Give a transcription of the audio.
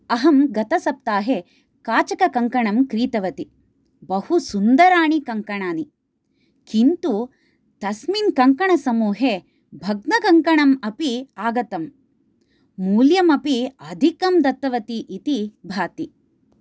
अहं गतसप्ताहे काचककङ्कणं क्रीतवती बहु सुन्दराणि कङ्कनानि किन्तु तस्मिन् कङ्कनसमूहे भग्नकङ्कणम् अपि आगतं मूल्यमपि अधिकं दत्तवती इति भाति